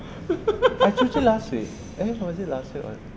I cuci last week eh was it last week or